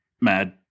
mad